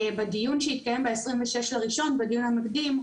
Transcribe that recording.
בדיון שהתקיים ב-26.1, בדיון המקדים,